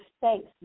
thanks